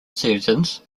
seasons